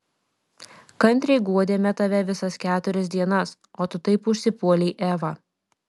kantriai guodėme tave visas keturias dienas o tu taip užsipuolei evą